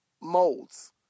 molds